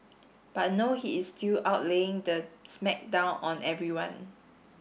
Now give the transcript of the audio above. but no he is still out laying the smack down on everyone